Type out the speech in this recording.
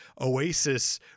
Oasis